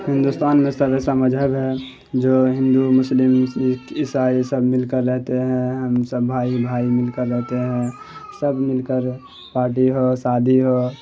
ہندوستان میں سب ایسا مذہب ہے جو ہندو مسلم سکھ عیسائی سب مل کر رہتے ہیں ہم سب بھائی بھائی مل کر رہتے ہیں سب مل کر پارٹی ہو شادی ہو